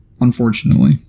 unfortunately